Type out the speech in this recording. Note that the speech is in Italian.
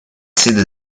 sede